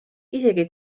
isegi